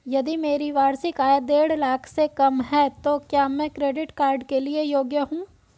यदि मेरी वार्षिक आय देढ़ लाख से कम है तो क्या मैं क्रेडिट कार्ड के लिए योग्य हूँ?